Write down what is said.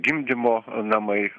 gimdymo namai